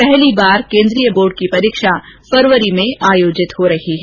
पहली बार केंद्रीय बोर्ड की परीक्षा फरवरी में आयोजित होने जा रही है